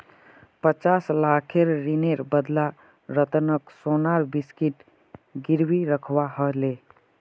पचास लाखेर ऋनेर बदला रतनक सोनार बिस्कुट गिरवी रखवा ह ले